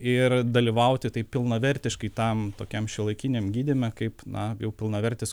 ir dalyvauti taip pilnavertiškai tam tokiam šiuolaikiniam gydyme kaip na jau pilnavertis